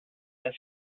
this